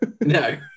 No